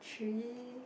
three